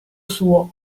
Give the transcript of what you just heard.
suo